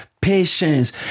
patience